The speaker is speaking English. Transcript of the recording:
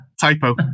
Typo